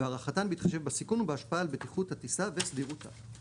והערכתן בהתחשב בסיכון ובהשפעה על בטיחות הטיסה וסדירותה;